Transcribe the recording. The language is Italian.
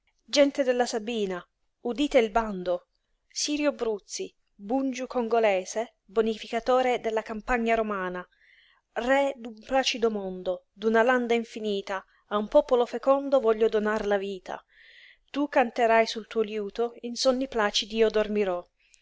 gente della sabina udite il bando sirio bruzzi bungiu congolese bonificatore della campagna romana re d'un placido mondo d'una landa infinita a un popolo fecondo voglio donar la vita tu canterai sul tuo liuto in sonni placidi io dormirò